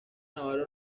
navarro